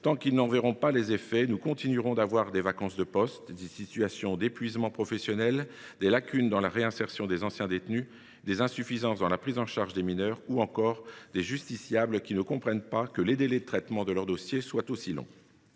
tant qu’ils n’en verront pas les effets, nous continuerons de déplorer des vacances de poste, des situations d’épuisement professionnel, des lacunes dans la réinsertion des anciens détenus ou encore des insuffisances dans la prise en charge des mineurs ou des justiciables. Ces derniers ne comprennent pas que les délais de traitement de leurs dossiers soient aussi longs.